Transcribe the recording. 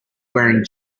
wearing